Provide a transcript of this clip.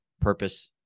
purpose